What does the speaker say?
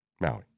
Maui